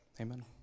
Amen